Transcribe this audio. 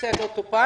הנושא לא טופל.